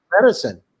medicine